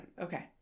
Okay